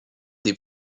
des